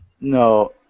No